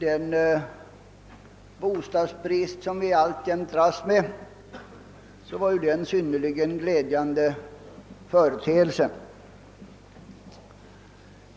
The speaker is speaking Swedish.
Med hänsyn till den bostadsbrist som vi alltjämt dras med var detta en synnerligen glädjande företeelse.